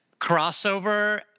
crossover